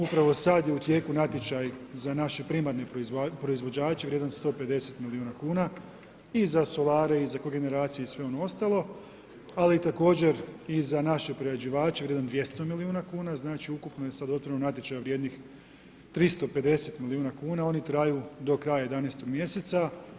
Upravo sad je u tijeku natječaj za naše primarne proizvođače vrijedan 150 milijuna kuna i za solare i za kogeneracije i sve ono ostalo ali također i za naše prerađivače vrijedan 200 milijuna kuna a znači ukupno je sad otvoreno natječaja vrijednih 350 milijuna kuna, oni traju do kraja 11. mjeseca.